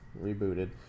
Rebooted